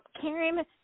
Karen